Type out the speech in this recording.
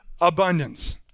abundance